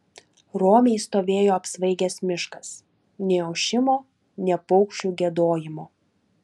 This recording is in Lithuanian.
romiai stovėjo apsvaigęs miškas nė ošimo nė paukščių giedojimo